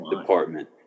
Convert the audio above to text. department